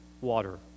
water